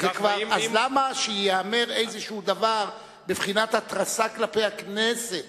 אז למה שייאמר איזשהו דבר בבחינת התרסה כלפי הכנסת?